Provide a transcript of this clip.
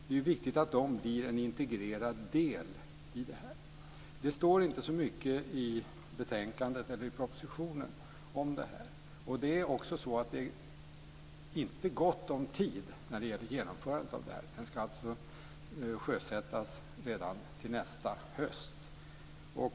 Det är viktigt att de blir en integrerad del i det här. Det står inte så mycket i propositionen eller i betänkandet om detta. Det är inte gott om tid när det gäller genomförandet. Det ska alltså sjösättas redan nästa höst.